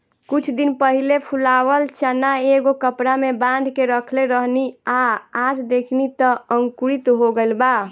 कुछ दिन पहिले फुलावल चना एगो कपड़ा में बांध के रखले रहनी आ आज देखनी त अंकुरित हो गइल बा